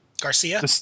Garcia